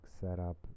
setup